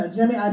Jimmy